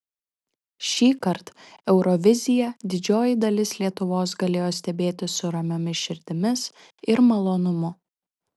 šįkart euroviziją didžioji dalis lietuvos galėjo stebėti su ramiomis širdimis ir malonumu